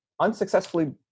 unsuccessfully